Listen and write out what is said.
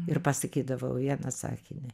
ir pasakydavau vieną sakinį